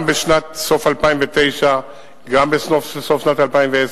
גם בסוף שנת 2009 וגם בסוף שנת 2010,